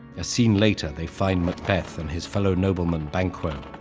as seen later, they find macbeth and his fellow nobleman banquo.